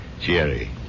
Jerry